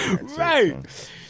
Right